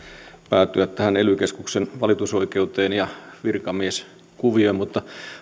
päätyä ely keskuksen valitusoikeuteen ja virkamieskuvioon mutta